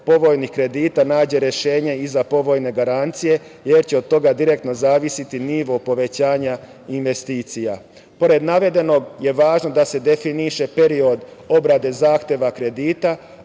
povoljnih kredita nađe rešenje i za povoljne garancije, jer će od toga direktno zavisiti nivo povećanja investicija. Pored navedenog, važno je da se definiše period obrade zahteva kredita,